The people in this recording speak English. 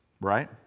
Right